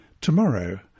tomorrow